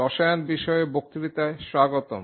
রসায়ন বিষয়ে বক্তৃতায় স্বাগতম